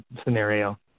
scenario